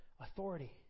authority